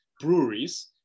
breweries